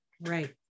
Right